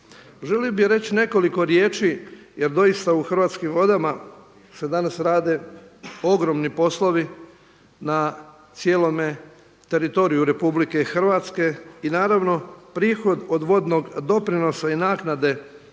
Želio bi reći nekoliko riječi jer doista u Hrvatskim vodama se danas rade ogromni poslovi na cijelome teritoriju RH i naravno prihod od vodnog doprinosa i naknade